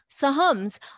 Sahams